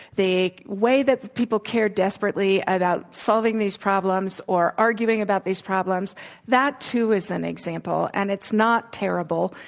the way that the people care desperately about solving these problems or arguing about these problems that, too, is an example. and it's not terrible,